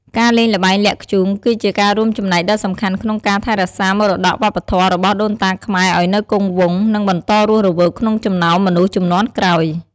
ការលេងល្បែងលាក់ធ្យូង គឺជាការរួមចំណែកដ៏សំខាន់ក្នុងការ ថែរក្សាមរតកវប្បធម៌ របស់ដូនតាខ្មែរឲ្យនៅគង់វង្ស និងបន្តរស់រវើកក្នុងចំណោមមនុស្សជំនាន់ក្រោយ។